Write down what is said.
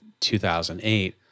2008